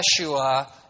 Yeshua